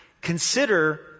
consider